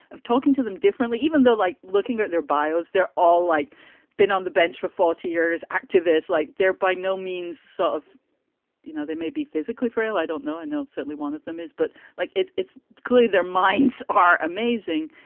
of talking to them differently, even though, like looking at their bios, they're all like been on the bench for forty years. activists like they're by no means sort of you know, they may be physically frail. i don't know. i know. certainly one of them is. but like, it's it's clear their minds are amazing.